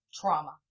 trauma